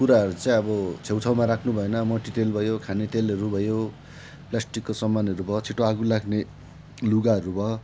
कुराहरू चाहिँ अब छेउछाउमा राख्नु भएन मट्टितेल भयो खाने तेलहरू भयो प्लास्टिकको सामानहरू भयो छिटो आगो लाग्ने लुगाहरू भयो